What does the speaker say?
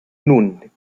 nun